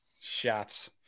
Shots